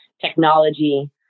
technology